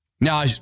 Now